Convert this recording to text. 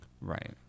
right